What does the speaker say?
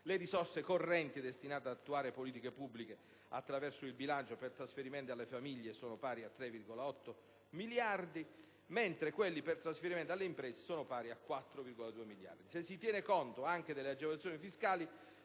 Le risorse correnti destinate ad attuare le politiche pubbliche attraverso il bilancio per trasferimenti alle famiglie sono pari soltanto a 3,8 miliardi per il 2010, mentre quelli per trasferimenti alle imprese sono pari a 4,2 miliardi. Se si tiene conto anche delle agevolazioni fiscali